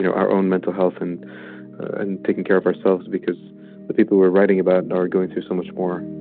you know our own mental health and and taking care of ourselves, because the people we're writing about and are going through so much more